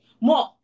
more